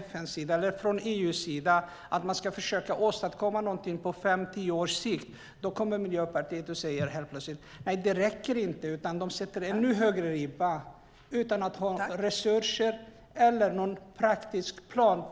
FN eller EU säger att de ska försöka åstadkomma något på fem tio års sikt säger Miljöpartiet att det inte räcker utan sätter ribban högre utan att det finns resurser eller en praktisk plan.